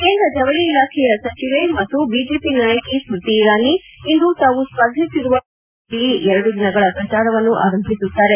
ಕೇಂದ ಜವಳಿ ಇಲಾಖೆಯ ಸಚಿವೆ ಮತ್ತು ಬಿಜೆಪಿ ನಾಯಕಿ ಸ್ಮೃತಿ ಇರಾನಿ ಇಂದು ತಾವು ಸ್ವರ್ಧಿಸಿರುವ ಅಮೇರಿ ಮತಕ್ಷೇತ್ರದಲ್ಲಿ ಎರಡು ದಿನಗಳ ಪ್ರಚಾರವನ್ನು ಆರಂಭಿಸುತ್ತಾರೆ